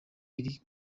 iri